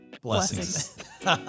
Blessings